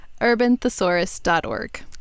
urbanthesaurus.org